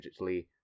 digitally